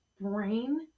brain